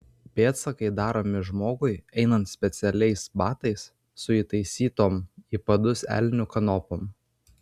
pėdsakai daromi žmogui einant specialiais batais su įtaisytom į padus elnių kanopom